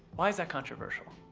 why is that controversial?